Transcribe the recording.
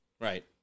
Right